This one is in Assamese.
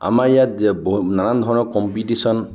আমাৰ ইয়াত নানান ধৰণৰ কম্পিটিশ্যন